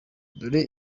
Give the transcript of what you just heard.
dore